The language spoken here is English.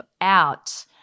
out